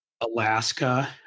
Alaska